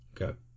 Okay